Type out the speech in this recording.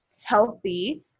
healthy